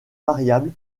variable